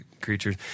creatures